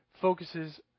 focuses